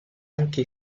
anche